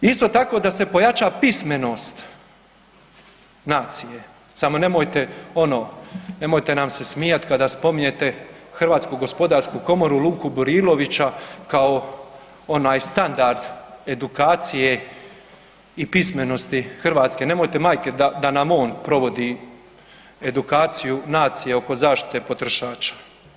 Isto tako da se pojača pismenost nacije, samo nemojte ono, nemojte nam se smijat kada spominjete Hrvatsku gospodarsku komoru Luku Burilovića kao onaj standard edukacije i pismenosti Hrvatske, nemojte majke da nam on provodi edukaciju nacije oko zaštite potrošača.